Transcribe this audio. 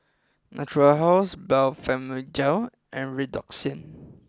Natura House Blephagel and Redoxon